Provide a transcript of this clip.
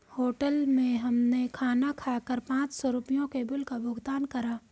hotel में हमने खाना खाकर पाँच सौ रुपयों के बिल का भुगतान करा